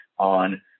on